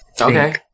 Okay